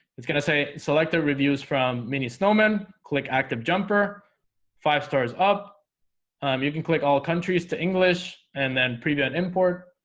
it's gonna say selector reviews from mini snowmen click active jumper five stars up you can click all countries to english and then preview an import